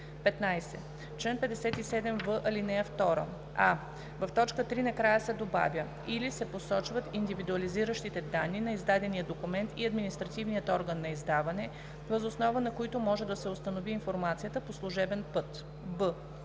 15. В чл. 57в, ал. 2: а) в т. 3 накрая се добавя „или се посочват индивидуализиращите данни на издадения документ и административният орган на издаване, въз основа на които може да се установи информацията по служебен път“;